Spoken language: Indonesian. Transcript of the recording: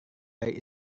dari